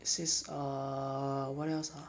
says err what else ah